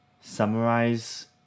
summarize